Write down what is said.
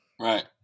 Right